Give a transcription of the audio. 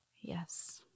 Yes